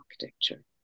architecture